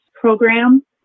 program